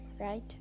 right